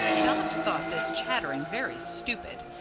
dot thought this chattering very stupid,